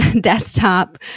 desktop